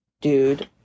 dude